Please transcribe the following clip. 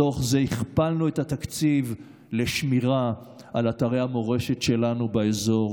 מתוך זה הכפלנו את התקציב לשמירה על אתרי המורשת שלנו באזור.